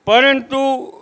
પરંતુ